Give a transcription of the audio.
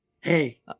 Hey